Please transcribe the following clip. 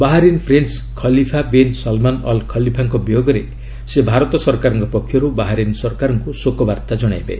Bahrain prince Khalifa bin Salman al ଖଲିଫାଙ୍କ ବିୟୋଗରେ ସେ ଭାରତ ସରକାରଙ୍କ ପକ୍ଷରୁ ବାହାରିନ୍ ସରକାରଙ୍କୁ ଶୋକବାର୍ତ୍ତା ଜଣାଇବେ